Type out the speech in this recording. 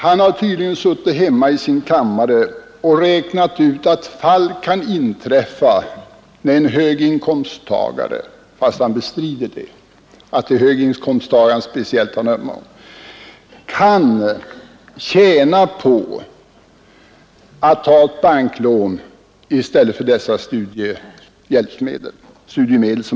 Han har tydligen suttit hemma i sin kammare ooch räknat ut att fall kan inträffa, när en höginkomsttagare — fast han bestrider att det är höginkomsttagaren han speciellt ömmar för — kan tjäna på att ta ett banklån i stället för studiemedel.